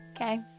Okay